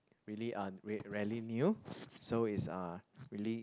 really uh rarely new so it's uh really